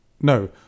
No